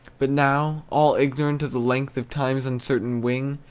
but now, all ignorant of the length of time's uncertain wing,